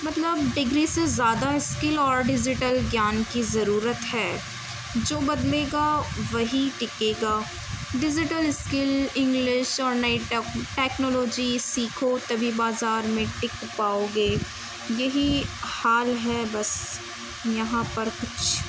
مطلب ڈگری سے زیادہ اسکل اور ڈیجیٹل گیان کی ضرورت ہے جو بدلے گا وہی ٹکے گا ڈیجیٹل اسکل انگلش اور نئی ٹیک ٹیکنالوجی سیکھو تبھی بازار میں ٹک پاؤ گے یہی حال ہے بس یہاں پر کچھ